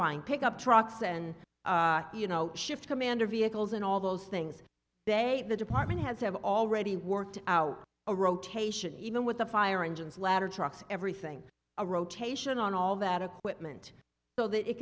buying pickup trucks and you know shift commander vehicles and all those things they have the department has have already worked out a rotation even with the fire engines ladder trucks everything a rotation on all that equipment so that it